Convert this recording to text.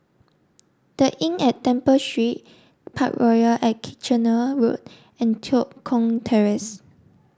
the Inn at Temple Street Parkroyal at Kitchener Road and Tua Kong Terrace